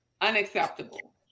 Unacceptable